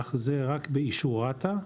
אך זה רק באישור רת"א.